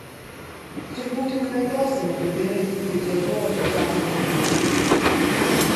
turbūt juk negrosime taip gerai kaip juodaodžiai džiazo muzikantai